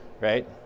right